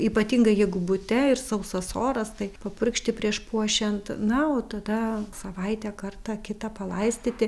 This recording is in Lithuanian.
ypatingai jeigu bute ir sausas oras tai papurkšti prieš puošiant na o tada savaitę kartą kitą palaistyti